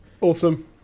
Awesome